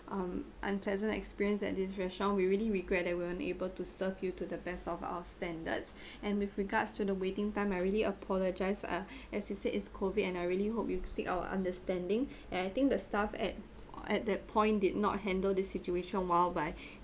um unpleasant experience at this restaurant we really regret that weren't able to serve you to the best of our standards and with regards to the waiting time I really apologise uh as you said is COVID and I really hope you seek our understanding and I think the staff at at that point did not handle this situation while by